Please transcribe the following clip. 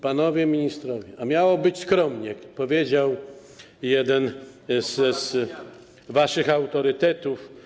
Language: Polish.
Panowie ministrowie, a miało być skromnie - powiedział jeden z waszych autorytetów.